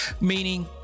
meaning